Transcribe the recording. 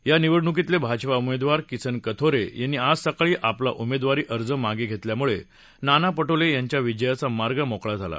या निवडणुकीतले भाजपा उमेदवार किसन कथोरे यांनी आज सकाळी आपला उमेदवारी अर्ज मागे घेतल्यामुळे नाना पटोले यांच्या विजयाचा मार्ग मोकळा झाला